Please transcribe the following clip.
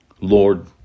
Lord